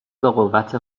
بقوت